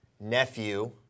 nephew